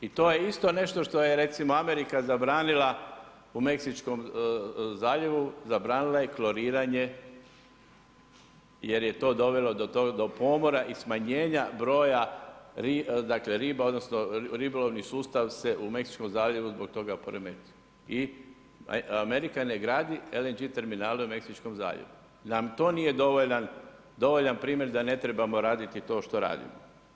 I to je isto nešto što je recimo Amerika zabranila u Meksičkom zaljevu, zabranila je kloriranje jer je to dovelo do pomora i smanjenja broja riba, odnosno ribolovni sustav se u Meksičkom zaljevu zbog toga poremetio i Amerika ne gradi LNG terminale u Meksičkom zaljevu, zar to nije dovoljan primjer da ne trebamo raditi to što radimo?